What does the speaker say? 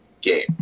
game